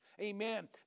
Amen